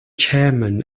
chairman